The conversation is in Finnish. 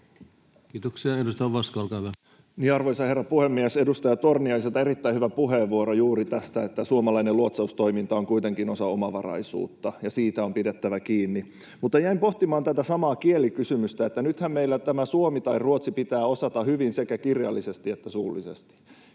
muuttamisesta Time: 18:03 Content: Arvoisa herra puhemies! Edustaja Torniaiselta erittäin hyvä puheenvuoro juuri tästä, että suomalainen luotsaustoiminta on kuitenkin osa omavaraisuutta, ja siitä on pidettävä kiinni. Jäin pohtimaan tätä samaa kielikysymystä, että nythän meillä tämä suomi tai ruotsi pitää osata hyvin sekä kirjallisesti että suullisesti